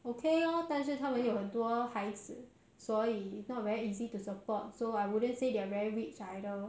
okay lor 但是他们有很多孩子所以 not very easy to support so I wouldn't say they are very rich either